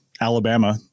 Alabama